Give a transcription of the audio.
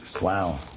Wow